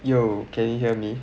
ya can you hear me